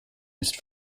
used